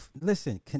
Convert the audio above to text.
listen